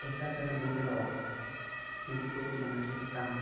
एकाच जाग्यार बसून रावप म्हणटकूच मनाचेर ताण